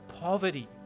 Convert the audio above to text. poverty